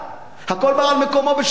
הכול בא על מקומו בשלום.